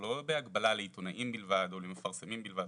לא בהגבלה לעיתונאים בלבד או למפרסמים בלבד,